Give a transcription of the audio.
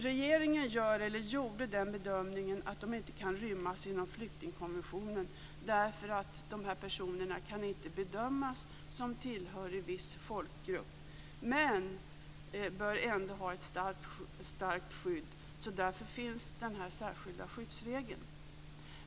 Regeringen gör eller gjorde den bedömningen att de inte kan rymmas inom flyktingkonventionen därför att dessa personer inte kan bedömas som tillhöriga viss folkgrupp men att de ändå bör ha ett starkt skydd, och därför finns den särskilda skyddsregeln.